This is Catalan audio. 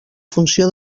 funció